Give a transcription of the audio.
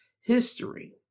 history